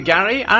Gary